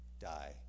die